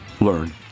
learn